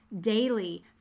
daily